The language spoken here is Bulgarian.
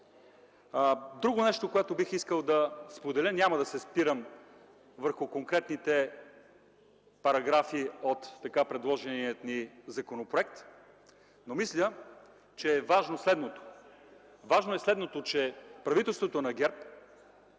Друго нещо, което бих искал да споделя, няма да се спирам върху конкретните параграфи от така предложения ни законопроект, но мисля, че е важно следното, че правителството на ГЕРБ